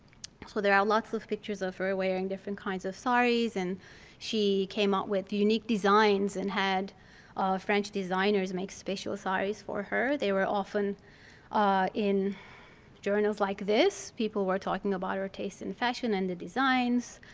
so there are lots of pictures of her wearing different kinds of sarees. and she came up with unique designs and had french designers make special sarees for her. they were often in journals like this. people were talking about her taste in fashion and the designs.